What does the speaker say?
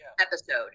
episode